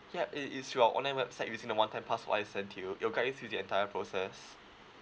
yup it is through our online website using the one time password I send to you it'll guide you through the entire process